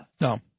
No